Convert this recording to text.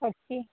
ଅଛି